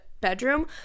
bedroom